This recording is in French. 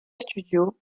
studio